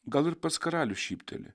gal ir pats karalius šypteli